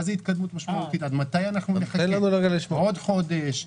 עוד חודש?